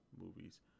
movies